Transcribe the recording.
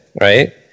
right